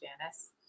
Janice